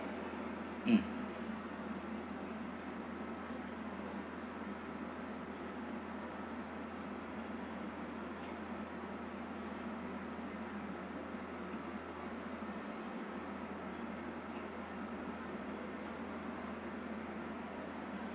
mm